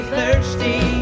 thirsty